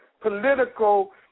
political